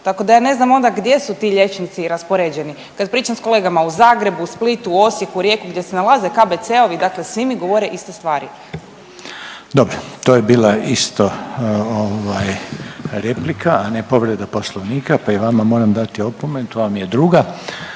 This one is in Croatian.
tako da ja ne znam onda gdje su ti liječnici raspoređeni, kad pričam s kolegama u Zagrebu, u Splitu, u Osijeku, u Rijeci gdje se nalaze KBC-ovi, dakle svi mi govore iste stvari. **Reiner, Željko (HDZ)** Dobro, to je bila isto ovaj replika, a ne povreda poslovnika, pa i vama moram dati opomenu, to vam je druga,